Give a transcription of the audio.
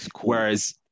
whereas